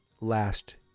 last